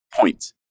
point